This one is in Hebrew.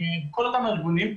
וכל אותם ארגונים.